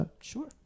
sure